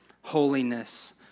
holiness